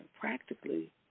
Practically